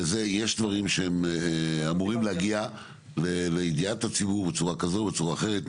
יש דברים שאמורים להגיע לידיעת הציבור בצורה כזו או בצורה אחרת,